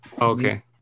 Okay